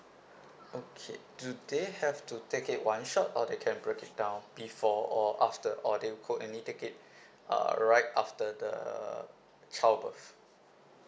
okay do they have to take it one shot or they can break it down before or after or they could only take it uh right after the childbirth